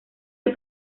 del